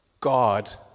God